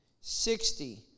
sixty